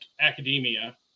academia